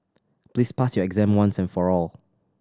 please pass your exam once and for all